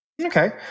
okay